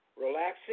relaxing